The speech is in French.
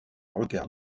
regard